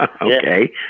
Okay